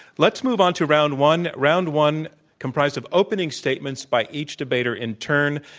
let's move onto round one. round one comprised of opening statements by each debater in turn.